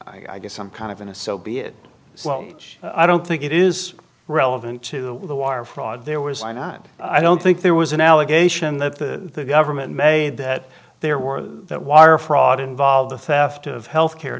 m i guess some kind of an a so be it which i don't think it is relevant to the wire fraud there was i not i don't think there was an allegation that the government made that there were that wire fraud involved the theft of healthcare